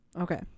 Okay